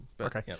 okay